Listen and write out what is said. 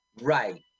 Right